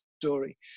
story